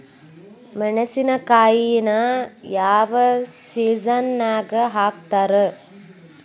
ಮೆಣಸಿನಕಾಯಿನ ಯಾವ ಸೇಸನ್ ನಾಗ್ ಹಾಕ್ತಾರ?